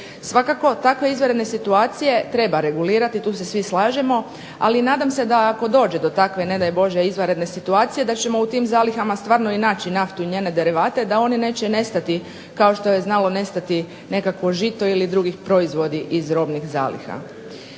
Svakako takve izvanredne situacije treba regulirati tu se svi slažemo, ali nadam se da ako dođe do takve izvanredne situacije da ćemo u tim zalihama stvarno naći naftu i naftne derivate, da oni neće nestati kao što je znalo nestati žito ili drugi proizvodi iz robnih zaliha.